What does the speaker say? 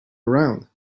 around